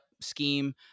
scheme